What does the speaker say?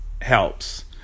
helps